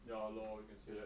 ya lor you can say that